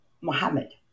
Mohammed